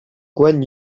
guan